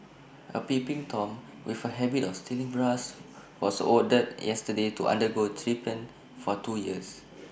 A peeping Tom with A habit of stealing bras was ordered yesterday to undergo treatment for two years